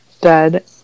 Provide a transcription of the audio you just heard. dead